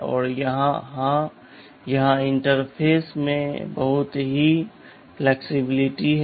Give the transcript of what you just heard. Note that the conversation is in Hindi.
और हां यहां इंटरफ़ेस में बहुत लचीलापन है